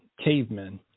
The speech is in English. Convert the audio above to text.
cavemen